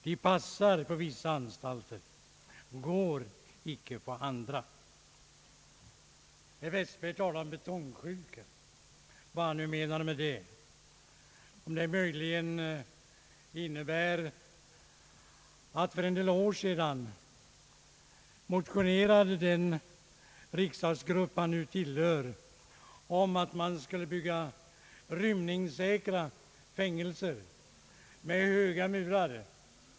Det passar på vissa anstalter men inte på andra. Herr Lindblad talade om betongsjuka, vad han nu menade med det. Tänker han möjligen på att för en del år sedan motionerade den riksdagsgrupp han nu tillhör om att man skulle bygga rymningssäkra fängelser med höga murar?